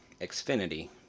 Xfinity